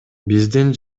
биздин